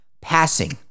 passing